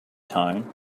tone